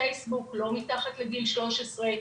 פייסבוק לא מתחת לגיל 13,